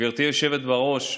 גברתי היושבת-ראש,